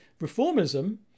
reformism